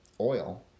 oil